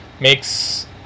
makes